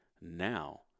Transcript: Now